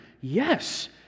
yes